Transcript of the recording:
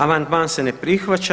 Amandman se ne prihvaća.